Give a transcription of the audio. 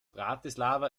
bratislava